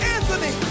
Anthony